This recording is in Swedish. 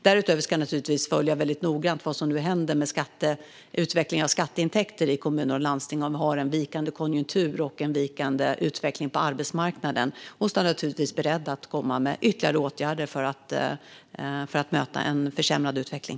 Därutöver ska jag naturligtvis noggrant följa vad som nu händer med utvecklingen av skatteintäkter i kommuner och landsting. Vi har en vikande konjunktur och en vikande utveckling på arbetsmarknaden och måste vara beredda att komma med ytterligare åtgärder för att möta en försämrad utveckling.